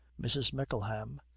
mrs. mickleham.